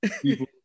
people